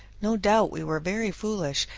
no doubt we were very foolish,